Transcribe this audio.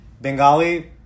Bengali